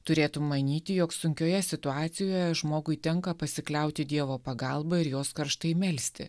turėtum manyti jog sunkioje situacijoje žmogui tenka pasikliauti dievo pagalba ir jos karštai melsti